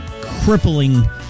crippling